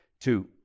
Two